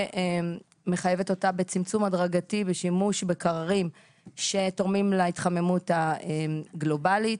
ומחייבת אותה בצמצום הדרגתי בשימוש מקררים שתורמים להתחממות הגלובלית.